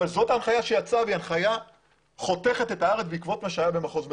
זאת ההנחיה שיצאה והיא הנחיה חותכת את הארץ בעקבות מה שהיה במחוז מרכז.